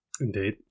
Indeed